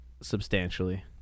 substantially